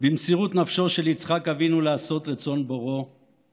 במסירות נפשו של יצחק אבינו לעשות רצון בוראו